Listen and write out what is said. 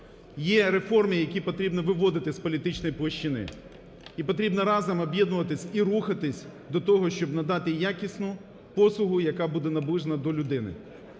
Є реформи, які потрібно виводити з політичної площини. І потрібно разом об'єднуватись і рухатись до того, щоб надати якісну послугу, яка буде наближена до людини.